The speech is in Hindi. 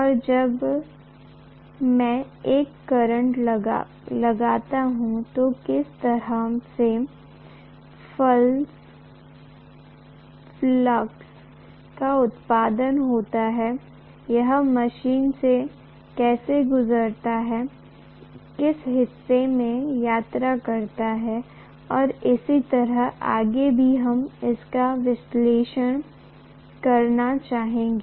और जब मैं एक करंट लगाता हूं तो किस तरह के फ्लक्स का उत्पादन होता है यह मशीन से कैसे गुजरता है किस हिस्से में यात्रा करता है और इसी तरह आगे भी हम इसका विश्लेषण करना चाहेंगे